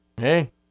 Hey